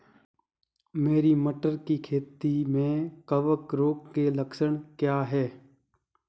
मेरी मटर की खेती में कवक रोग के लक्षण क्या हैं?